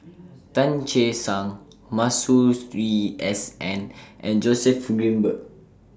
Tan Che Sang Masue Stree S N and Joseph Grimberg